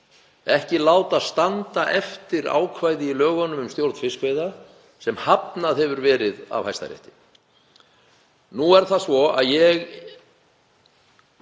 ekki láta standa eftir ákvæði í lögum um stjórn fiskveiða sem hafnað hefur verið af Hæstarétti. Nú er það svo að ég